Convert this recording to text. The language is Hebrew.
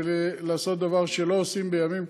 ולעשות דבר שלא עושים בימים כתיקונם,